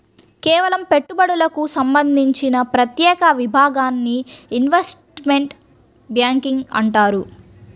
కేవలం పెట్టుబడులకు సంబంధించిన ప్రత్యేక విభాగాన్ని ఇన్వెస్ట్మెంట్ బ్యేంకింగ్ అంటారు